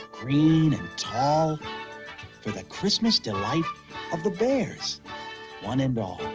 green and tall with the christmas delight of the bears one and all.